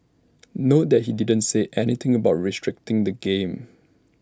note that he didn't say anything about restricting the game